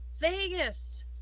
Vegas